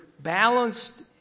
Balanced